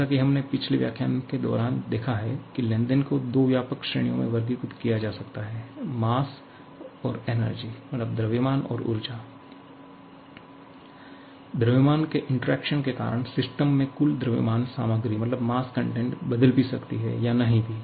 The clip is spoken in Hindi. जैसा कि हमने पिछले व्याख्यान के दौरान देखा है की लेनदेन को दो व्यापक श्रेणियों में वर्गीकृत किया जा सकता है द्रव्यमान ऊर्जा द्रव्यमान के इंटरेक्शन के कारण सिस्टम में कुल द्रव्यमान सामग्री बदल भी सकती है या नहीं भी